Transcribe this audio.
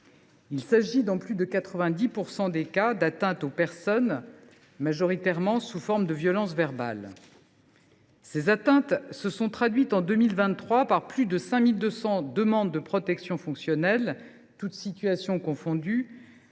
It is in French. Il s’agit, dans plus de 90 % des cas, d’atteintes aux personnes, majoritairement sous forme de violences verbales. Ces atteintes se sont traduites en 2023 par plus de 5 200 demandes de protection fonctionnelle, toutes situations confondues,